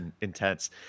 intense